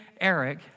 Eric